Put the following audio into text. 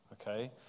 okay